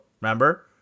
Remember